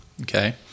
okay